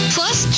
Plus